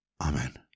Amen